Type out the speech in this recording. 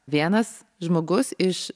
vienas žmogus iš